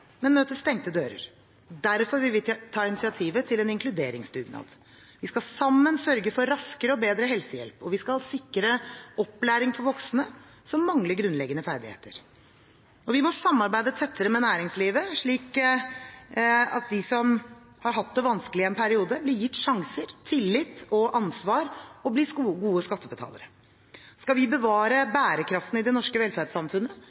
men møter stengte dører. Derfor vil vi ta initiativ til en inkluderingsdugnad. Vi skal sammen sørge for raskere og bedre helsehjelp, og vi skal sikre opplæring for voksne som mangler grunnleggende ferdigheter. Vi må samarbeide tettere med næringslivet, slik at de som har hatt det vanskelig en periode, blir gitt sjanser, tillit og ansvar og blir gode skattebetalere. Skal vi bevare bærekraften i det norske velferdssamfunnet,